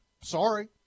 Sorry